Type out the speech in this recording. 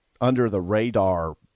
under-the-radar